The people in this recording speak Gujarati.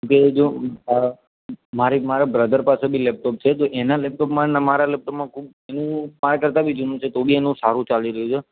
કેમ કે જો મારે એક મારા બ્રધર પાસે બી લેપટોપ છે તો એના લેપટોપમાં ને મારા લેપટોપમાં એનું મારા કરતાં બી જૂનું છે તો બી એનું સારું ચાલી રહ્યું છે